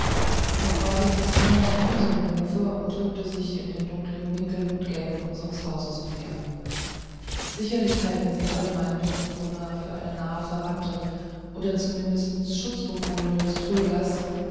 auch war sie fast immer in unserem hofe oder drückte sich in den dunklen winkeln und gängen unseres hauses umher sicherlich halten sie alle meine mitbewohner für eine nahe verwandte oder zumindest schutzbefohlene des trödlers